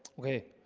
wait